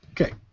Okay